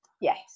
yes